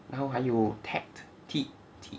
然后还有 tact T T